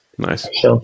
Nice